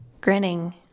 Grinning